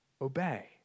obey